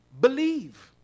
believe